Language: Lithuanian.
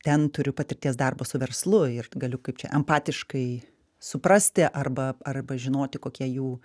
ten turiu patirties darbo su verslu ir galiu kaip čia empatiškai suprasti arba arba žinoti kokie jų